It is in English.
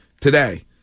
today